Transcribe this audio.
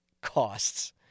costs